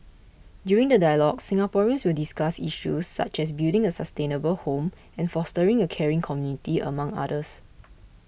during the dialogues Singaporeans will discuss issues such as building a sustainable home and fostering a caring community among others